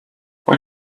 what